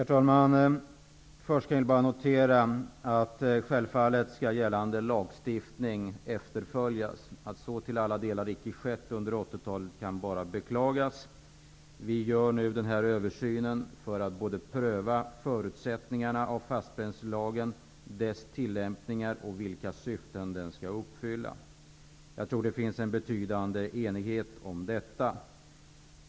Herr talman! Självfallet skall gällande lagstiftning efterföljas. Att så icke till alla delar har skett under 80-talet kan bara beklagas. Vi gör nu denna översyn för att pröva förutsättningarna för fastbränslelagen, dess tillämpning och vilka syften som den skall uppfylla. Jag tror att det finns en betydande enighet om detta.